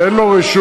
ואין לו רשות,